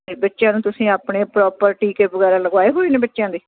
ਅਤੇ ਬੱਚਿਆਂ ਨੂੰ ਤੁਸੀਂ ਆਪਣੇ ਪਰੋਪਰ ਟੀਕੇ ਵਗੈਰਾ ਲਗਵਾਏ ਹੋਏ ਨੇ ਬੱਚਿਆਂ ਦੇ